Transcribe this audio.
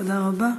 תודה רבה.